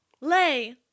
Lay